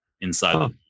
inside